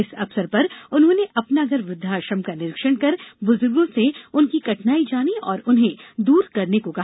इस अवसर पर उन्होंने अपना घर वृद्धाश्राम का निरीक्षण कर बुज़ुर्गों से उनकी कठिनाई जानी और उन्हें दूर करने करने को कहा